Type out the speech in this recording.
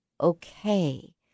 okay